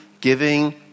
giving